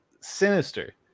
sinister